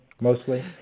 mostly